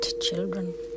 children